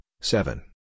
seven